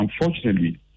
unfortunately